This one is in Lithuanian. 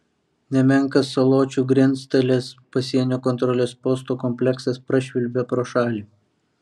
nemenkas saločių grenctalės pasienio kontrolės posto kompleksas prašvilpia pro šalį